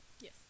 Yes